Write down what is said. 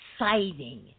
exciting